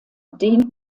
den